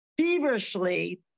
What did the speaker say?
feverishly